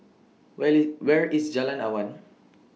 Where IT Where IS Jalan Awan